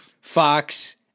Fox